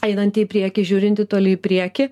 einanti į priekį žiūrinti toli į priekį